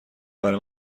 برای